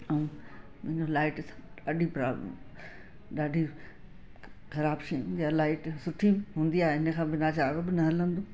ऐं उन लाइट सां ॾाढी प्रॉब्लम ॾाढी ख़राबु शइ हूंदी आहे लाइट सुठी हूंदी आहे इन खां बिना गुज़ारो बि न हलंदो